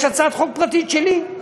יש הצעת חוק פרטית שלי,